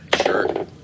Sure